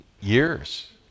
years